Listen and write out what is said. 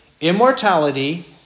immortality